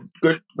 good